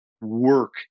work